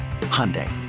Hyundai